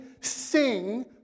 sing